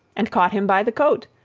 and caught him by the coat,